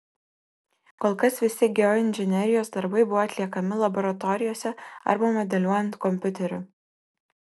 kol kas visi geoinžinerijos darbai buvo atliekami laboratorijose arba modeliuojant kompiuteriu